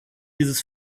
dieses